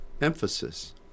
emphasis